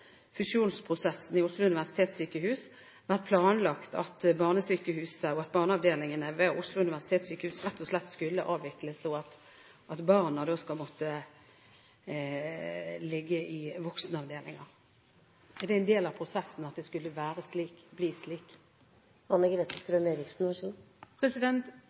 fusjonsprosessen ved Oslo universitetssykehus vært planlagt at barnesykehuset og barneavdelingene ved Oslo universitetssykehus rett og slett skulle avvikles, og at barna da skal måtte ligge i voksenavdelinger? Er det en del av prosessen at det skulle bli slik?